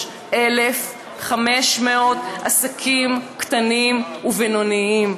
43,500 עסקים קטנים ובינוניים.